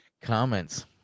comments